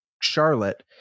Charlotte